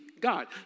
God